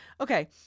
Okay